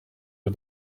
iyo